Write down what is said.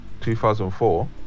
2004